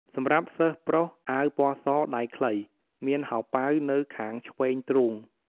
សម្រាប់សិស្សប្រុស អាវពណ៌ស ដៃខ្លី មានហោប៉ៅនៅខាងឆ្វេងទ្រូង។